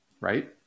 right